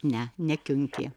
ne ne kiunkė